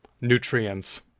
nutrients